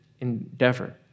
endeavor